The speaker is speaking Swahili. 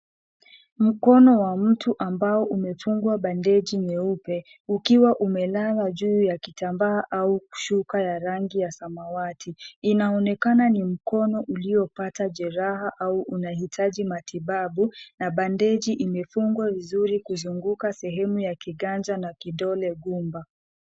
Mkono wa mtu ambao umefungwa bandeji nyeupe, ukiwa umelazwa juu ya kitambaa au shuka la rangi ya samawati. Inaonekana ni mkono uliopata jeraha au unahitaji matibabu na bandeji imefungwa vizuri kuzunguka sehemu ya kiganja na kidole gumba.